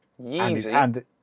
Yeezy